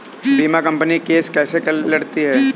बीमा company case कैसे लड़ती है?